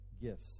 gifts